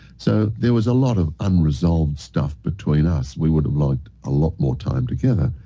so there was a lot of unresolved stuff between us. we would've liked a lot more time together.